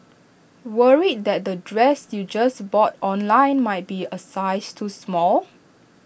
worried that the dress you just bought online might be A size too small